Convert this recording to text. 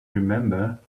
remember